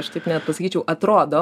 aš taip net pasakyčiau atrodo